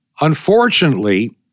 Unfortunately